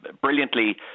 brilliantly